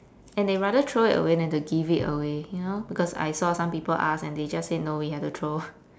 and they rather throw it away than to give it away you know because I saw some people ask and they just said no we have to throw